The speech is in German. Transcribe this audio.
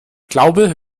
glaube